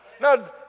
Now